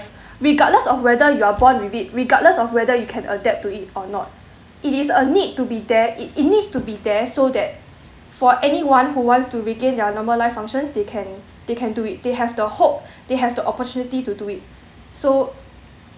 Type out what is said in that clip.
regardless of whether you are born with it regardless of whether you can adapt to it or not it is a need to be there it it needs to be there so that for anyone who wants to regain their normal life functions they can they can do it they have the hope they have the opportunity to do it so